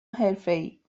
حرفهای